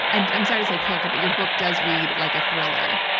i'm i'm sorry to say character, but your book does read like a thriller,